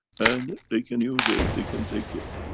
and they can use it, they can take it.